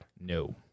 No